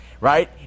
Right